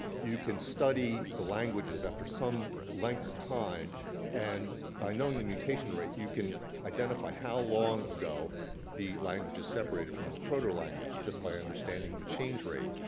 you can study the languages after some length of time and by knowing the mutation rate, you can identify how long ago the languages separated from um the proto-language just by understanding the change rate.